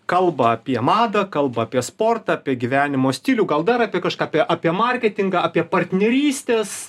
kalba apie madą kalba apie sportą apie gyvenimo stilių gal dar apie kažką apie apie marketingą apie partnerystes